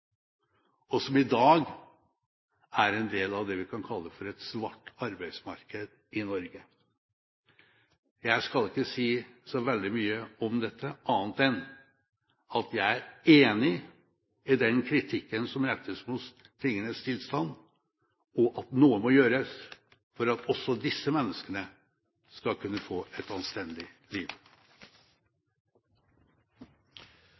og som i dag er en del av det vi kan kalle for et svart arbeidsmarked i Norge. Jeg skal ikke si så veldig mye om dette annet enn at jeg er enig i den kritikken som rettes mot tingenes tilstand, og at noe må gjøres for at også disse menneskene skal kunne få et anstendig liv.